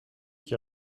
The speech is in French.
qui